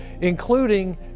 including